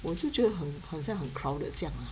我就觉得很很像很 crowded 这样 ah